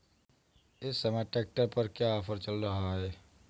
इस समय ट्रैक्टर पर क्या ऑफर चल रहा है?